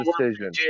decision